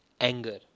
anger